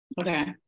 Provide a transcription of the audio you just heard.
Okay